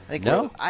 No